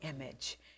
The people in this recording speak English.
image